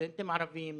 סטודנטים ערבים,